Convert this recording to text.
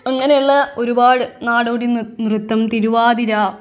അങ്ങനെയുള്ള ഒരുപാട് നാടോടി നൃത്തം തിരുവാതിര